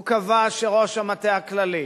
הוא קבע שראש המטה הכללי,